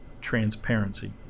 transparency